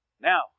now